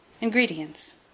Ingredients